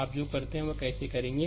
आप जो करते हैं वह कैसे करेंगे